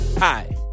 Hi